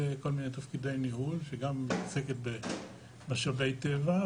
שגם עוסקת במשאבי טבע,